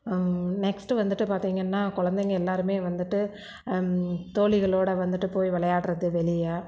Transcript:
next வந்துட்டு பார்த்திங்கன்னா குழந்தைங்க எல்லாருமே வந்துட்டு தோழிகளோட வந்துட்டு போய் விளையாடுறது வெளியே